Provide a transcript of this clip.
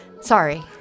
Sorry